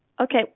Okay